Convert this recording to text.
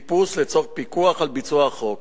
חיפוש, לצורך פיקוח על ביצוע החוק,